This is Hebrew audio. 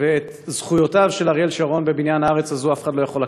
ואת זכויותיו של אריאל שרון בבניין הארץ הזאת אף אחד לא יכול לקחת.